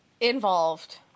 involved